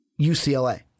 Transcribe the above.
UCLA